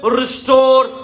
restore